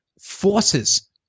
forces